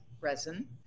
resin